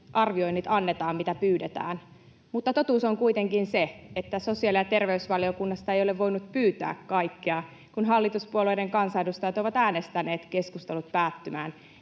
arvioinnit annetaan, mitä pyydetään, mutta totuus on kuitenkin se, että sosiaali- ja terveysvaliokunnasta ei ole voinut pyytää kaikkea, kun hallituspuolueiden kansanedustajat ovat äänestäneet keskustelut päättymään